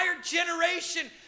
generation